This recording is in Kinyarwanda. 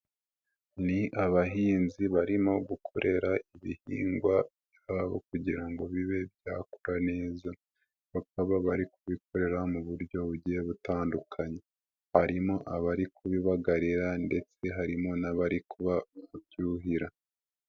Ni abahinzi barimo gukorera ibihingwa byabo kugira ngo bibe byakura neza, bakaba bari kubikorera mu buryo bugiye butandukanye, harimo abari kubibagarira ndetse harimo n'abari kuba kubyuhira.